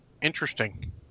Interesting